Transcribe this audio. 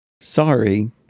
Sorry